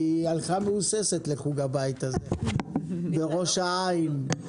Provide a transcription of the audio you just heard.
היא הלכה מהוססת לחוג בית בראש העין.